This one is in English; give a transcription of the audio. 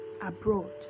abroad